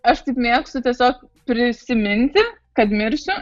aš taip mėgstu tiesiog prisiminti kad mirsiu